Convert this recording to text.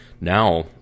Now